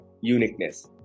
uniqueness